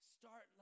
start